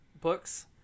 books